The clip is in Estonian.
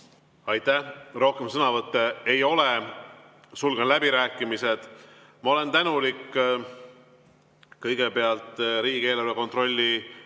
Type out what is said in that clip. Aitäh! Rohkem sõnavõtte ei ole. Sulgen läbirääkimised. Ma olen tänulik kõigepealt riigieelarve kontrolli